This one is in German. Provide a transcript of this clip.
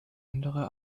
andere